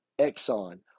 Exxon